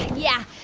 yeah.